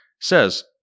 says